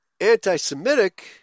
anti-Semitic